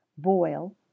Boil